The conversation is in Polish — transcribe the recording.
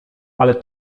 ale